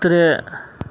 ترٛےٚ